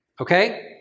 Okay